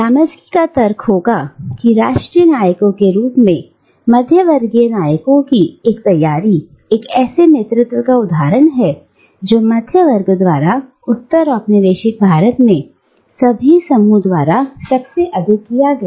Gramsci का तर्क होगा कि राष्ट्रीय नायकों के रूप में मध्यवर्गीय नायकों की ऐसी तैयारी एक ऐसे नेतृत्व का उदाहरण है जो मध्य वर्ग द्वारा उत्तर औपनिवेशिक भारत में सभी समूह द्वारा सबसे अधिक किया गया